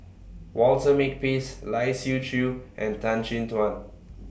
Walter Makepeace Lai Siu Chiu and Tan Chin Tuan